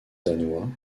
danois